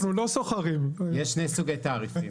יש שני סוגי תעריפים.